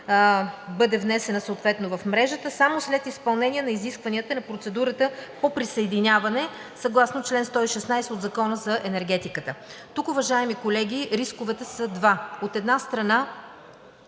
бъде внесена съответно в мрежата само след изпълнение на изискванията на процедурата по присъединяване съгласно чл. 116 от Закона за енергетиката. Тук, уважаеми колеги, рисковете са два. От една страна,